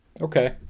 Okay